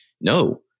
no